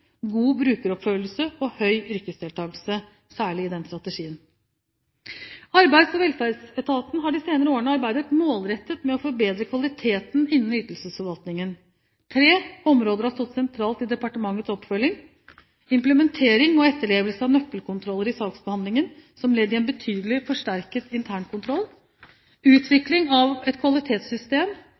god brukeroppfølging og høy yrkesdeltakelse. Arbeids- og velferdsetaten har de senere årene arbeidet målrettet med å forbedre kvaliteten innen ytelsesforvaltningen. Tre områder har stått sentralt i departementets oppfølging: implementering og etterlevelse av nøkkelkontroller i saksbehandlingen som ledd i en betydelig forsterket intern kontroll utvikling av et kvalitetssystem